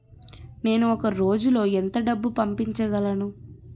నేను ఒక రోజులో ఎంత డబ్బు పంపించగలను?